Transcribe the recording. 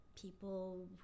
people